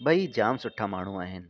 भई जाम सुठा माण्हू आहिनि